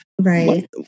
Right